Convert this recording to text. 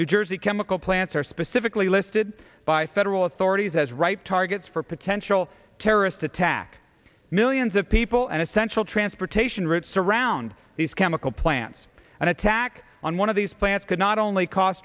new jersey chemical plants are specifically listed by federal authorities as ripe targets for potential terrorist attack millions of people and essential transportation routes around these chemical plants an attack on one of these plants could not only c